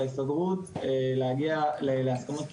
לא איום בתביעות ולא בגלגול האשמות לצד השני.